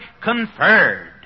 conferred